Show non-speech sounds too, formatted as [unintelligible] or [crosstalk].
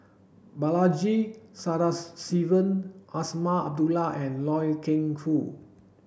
Balaji [unintelligible] Azman Abdullah and Loy Keng Foo